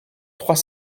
trois